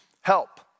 help